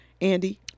Andy